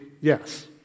yes